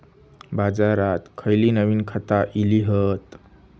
बाजारात खयली नवीन खता इली हत?